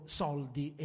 soldi